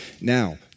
Now